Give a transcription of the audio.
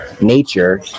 nature